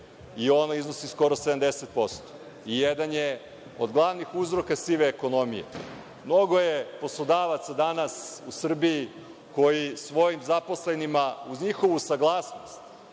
i ono iznosi skoro 70% i jedan je od glavnih uzroka sive ekonomije. Mnogo je poslodavaca danas u Srbiji koji svojim zaposlenima uz njihovu saglasnost